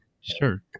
Sure